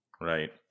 Right